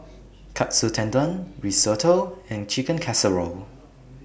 Katsu Tendon Risotto and Chicken Casserole